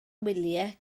wyliau